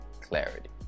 clarity